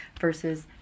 versus